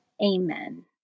Amen